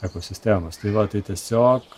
ekosistemos tai va tai tiesiog